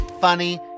funny